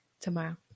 tomorrow